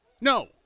No